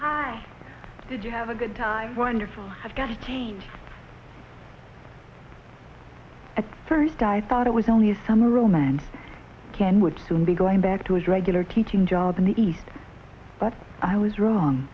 why did you have a good time wonderful have got to change at first i thought it was only a summer romance ken would soon be going back to his regular teaching job in the east but i was wrong